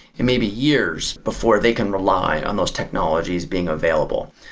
it may be years before they can rely on those technologies being available.